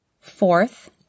Fourth